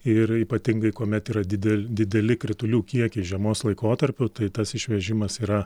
ir ypatingai kuomet yra dide dideli kritulių kiekiai žiemos laikotarpiu tai tas išvežimas yra